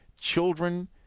Children